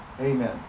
Amen